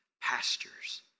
pastures